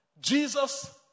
Jesus